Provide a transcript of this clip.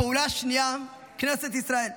הפעולה השנייה, כנסת ישראל.